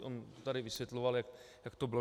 On tady vysvětloval, jak to bylo.